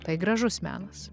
tai gražus menas